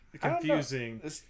Confusing